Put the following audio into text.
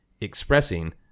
expressing